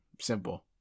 Simple